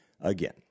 again